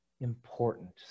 important